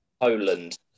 Poland